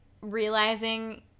realizing